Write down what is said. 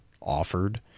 offered